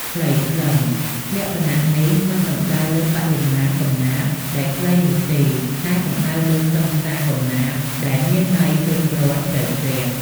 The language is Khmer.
ខ្លី-ខ្លឹម លក្ខណៈនេះមិនសំដៅលើបរិមាណកំណាព្យដែលខ្លីនោះទេ តែសំដៅលើខ្លឹមសារកំណាព្យដែលមានន័យគ្រប់គ្រាន់ ជ្រៅជ្រះ។